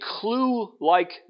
clue-like